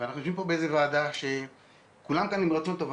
ואנחנו יושבים פה באיזו ועדה שכולם כאן עם רצון טוב,